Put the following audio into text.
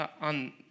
on